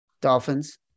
Dolphins